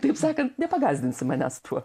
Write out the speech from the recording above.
taip sakant nepagąsdinsi manęs tuo